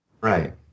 Right